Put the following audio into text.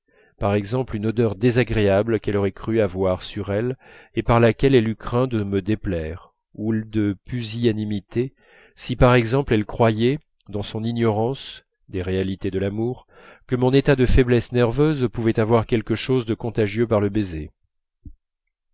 par exemple une odeur désagréable qu'elle aurait cru avoir sur elle et par laquelle elle eût craint de me déplaire ou de pusillanimité si par exemple elle croyait dans son ignorance des réalités de l'amour que mon état de faiblesse nerveuse pouvait avoir quelque chose de contagieux par le baiser